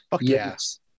Yes